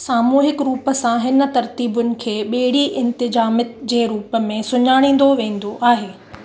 सामूहिक रूप सां हिन तरतीबुनि खे बे॒ड़ी इंतिजामाति जे रूप में सुञाणींदो वेंदो आहे